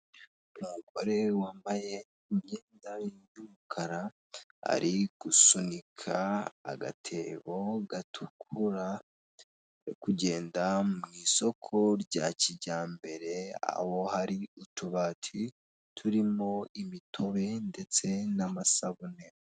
Umugore wambaye imyenda y'umukara ari gusunika agatebo gatukura, ari kugenda mu isoko rya kijyambere, aho hari utubati turimo imitobe ndetse n'amasabune.